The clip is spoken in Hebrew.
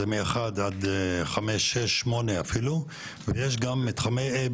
זה מ-1 עד 8 ויש גם מתחמי A,